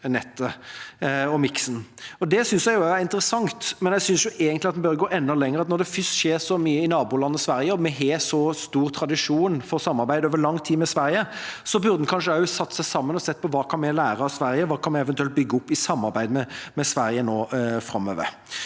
kraftnettet og miksen der. Det synes jeg er interessant, men jeg synes egentlig at en bør gå enda lenger. Når det først skjer så mye i nabolandet Sverige, og vi har så stor tradisjon for samarbeid over lang tid med Sverige, burde en kanskje også satt seg sammen og sett på hva vi kan lære av Sverige, og hva vi eventuelt kan bygge opp i samarbeid med Sverige nå framover.